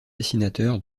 dessinateur